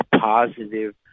positive